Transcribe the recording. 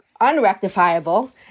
unrectifiable